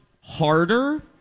harder